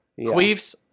Queefs